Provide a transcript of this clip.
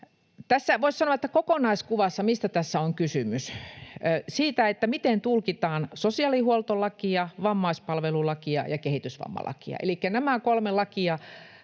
tässä, voisi sanoa, kokonaiskuvassa on kysymys? Siitä, miten tulkitaan sosiaalihuoltolakia, vammaispalvelulakia ja kehitysvammalakia. Nämä kolme lakia